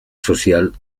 social